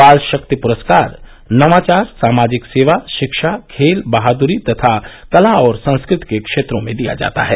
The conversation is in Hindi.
बाल शक्ति पुरस्कार नवाचार सामाजिक सेवा शिक्षा खेल बहादुरी तथा कला और संस्कृति के क्षेत्रों में दिया जाता है